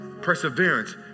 perseverance